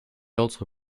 also